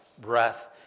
breath